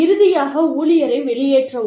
இறுதியாக ஊழியரை வெளியேற்றவும்